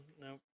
No